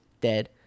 Dead